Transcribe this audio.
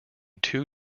two